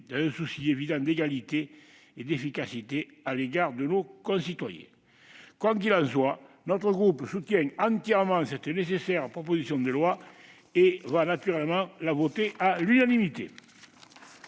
un souci évident d'égalité et d'efficacité à l'égard de nos concitoyens. Quoi qu'il en soit, notre groupe soutient pleinement cette proposition de loi qui est nécessaire et, naturellement, la votera à l'unanimité.